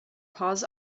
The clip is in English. paws